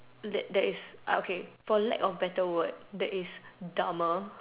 like there is okay for lack of better word there is dumber